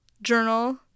Journal